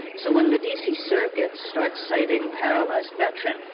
so when the d c. circuit starts citing paralyzed veterans,